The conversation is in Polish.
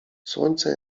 słońce